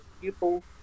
people